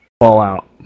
Fallout